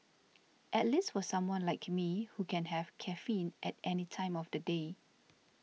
at least for someone like me who can have caffeine at any time of the day